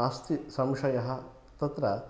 नास्ति संशयः तत्र